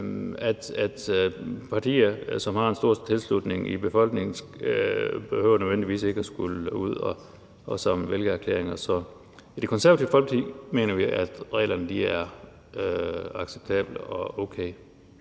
og partier, som har en stor tilslutning i befolkningen, behøver nødvendigvis ikke at skulle ud at indsamle vælgererklæringer. Så i Det Konservative Folkeparti mener vi, at reglerne er acceptable og okay.